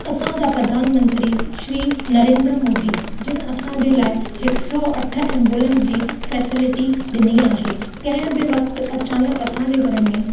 असांजा प्रधानमंत्री श्री नरेंद्र मोदी जिन असांजे लाइ हिक सौ अठ एम्बुलेंस जी फैसलिटी ॾिनी आहे कंहिं बि वक़्तु अचानक असांजे घर में